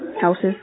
Houses